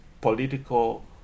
political